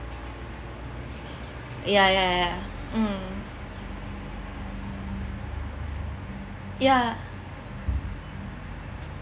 ya ya ya ya mm ya